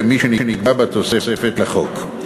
למי שנקבע בתוספת לחוק.